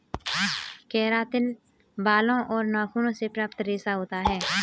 keratin बालों और नाखूनों से प्राप्त रेशा होता है